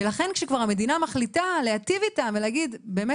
ולכן כשכבר המדינה מחליטה להיטיב איתם ולהגיד באמת